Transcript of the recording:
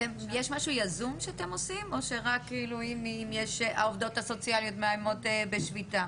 יש משהו יזום שאתם עושים או שרק אם העובדות הסוציאליות מאיימות בשביתה?